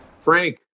Frank